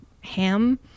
ham